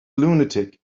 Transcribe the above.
lunatic